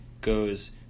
goes